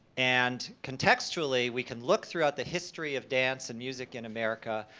and contextually we can look throughout the history of dance and music in america,